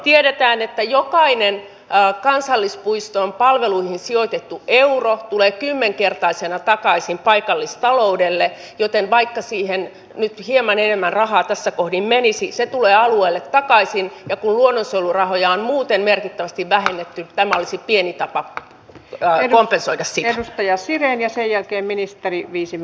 tiedetään että jokainen kansallispuiston palveluihin sijoitettu euro tulee kymmenkertaisena takaisin paikallistaloudelle joten vaikka siihen nyt hieman enemmän rahaa tässä kohdin menisi se tulee alueelle takaisin ja kun luonnonsuojelurahoja on muuten merkittävästi vähennetty tämä olisi pieni tapa ja aivopesua ja sinne jäisi näin ja sen jälkeen kompensoida sitä